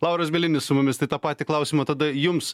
lauras bielinis su mumis tai tą patį klausimą tada jums